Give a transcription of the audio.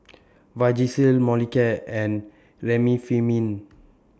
Vagisil Molicare and Remifemin